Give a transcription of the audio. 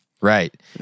Right